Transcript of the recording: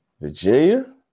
Virginia